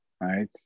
right